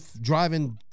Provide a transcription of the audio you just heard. driving